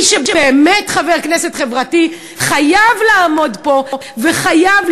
מי שהוא באמת חבר כנסת חברתי חייב לעמוד פה וחייב